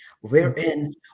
wherein